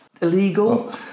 illegal